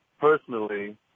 personally